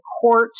court